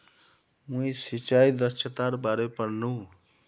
मी सिंचाई दक्षतार बारे पढ़नु